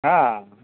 હા